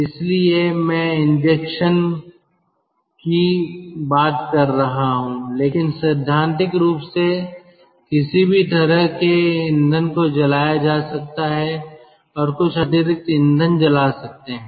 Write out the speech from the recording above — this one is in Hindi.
इसलिए मैं इंजेक्शन की बात कर रहा हूं लेकिन सैद्धांतिक रूप से किसी भी तरह के ईंधन को जलाया जा सकता है और कुछ अतिरिक्त ईंधन जला सकते हैं